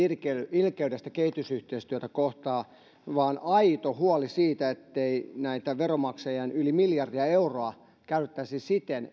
ilkeydestä kehitysyhteistyötä kohtaan vaan aito huoli siitä ettei tätä veronmaksajien yli miljardia euroa käytettäisi siten